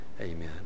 Amen